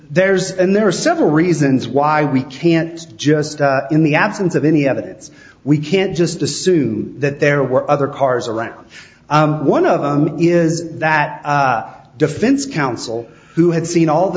there's and there are several reasons why we can't just in the absence of any evidence we can't just assume that there were other cars around one of them is that defense counsel who had seen all the